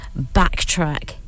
backtrack